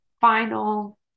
final